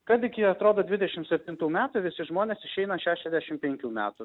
kad iki atrodo dvidešim septintų metų visi žmonės išeina šešiasdešim penkių metų